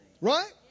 Right